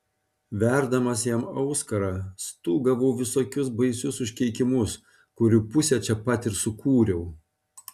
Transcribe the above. verdamas jam auskarą stūgavau visokius baisius užkeikimus kurių pusę čia pat ir sukūriau